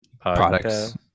products